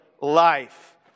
life